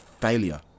failure